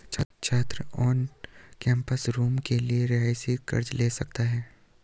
छात्र on campus room के लिए रियायती कर्ज़ ले सकता है